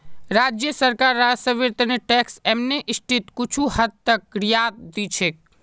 राज्य सरकार राजस्वेर त न टैक्स एमनेस्टीत कुछू हद तक रियायत दी छेक